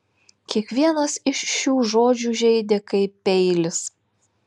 kiekvienas iš šių žodžių žeidė kaip peilis